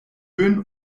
höhen